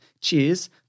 Cheers